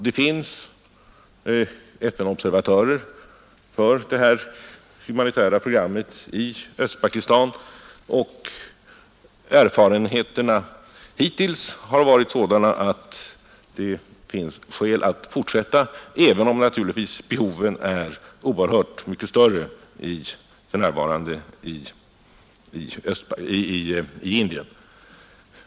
Det finns FN-observatörer för dessa humanitära program i Östpakistan, och erfarenheterna hittills har varit sådana, att det finns skäl att fortsätta hjälparbetet, även om naturligtvis behoven är oerhört mycket större för närvarande i Indien.